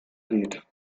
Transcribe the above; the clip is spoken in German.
geht